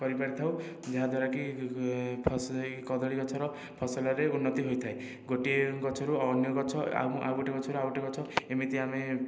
କରିପାରିଥାଉ ଯାହାଦ୍ୱାରାକି ଏହି କଦଳୀ ଗଛର ଫସଲରେ ଉନ୍ନତି ହୋଇଥାଏ ଗୋଟିଏ ଗଛରୁ ଅନ୍ୟ ଗଛ ଆଉ ଆଉ ଗୋଟିଏ ଗଛରୁ ଆଉ ଗଛ ଏମିତି ଆମେ